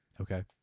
Okay